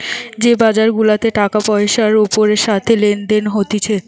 যে বাজার গুলাতে টাকা পয়সার ওপরের সাথে লেনদেন হতিছে